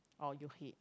or you hate